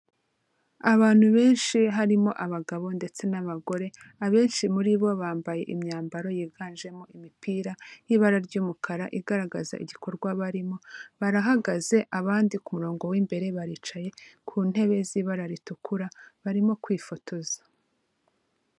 Abantu benshi harimo abagabo ndetse n'abagore, abenshi muri bo bambaye imyambaro yiganjemo imipira y'ibara ry'umukara igaragaza igikorwa barimo, barahagaze, abandi ku murongo w'imbere baricaye ku ntebe z'ibara ritukura, barimo kwifotoza.